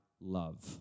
love